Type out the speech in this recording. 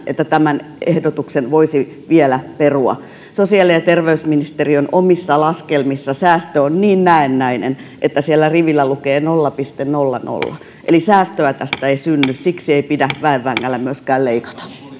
että tämän ehdotuksen voisi vielä perua sosiaali ja terveysministeriön omissa laskelmissa säästö on niin näennäinen että sillä rivillä lukee nolla pilkku nolla nolla eli säästöä tästä ei synny siksi ei pidä väen vängällä myöskään leikata